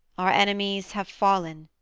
our enemies have fallen,